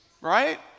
right